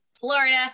Florida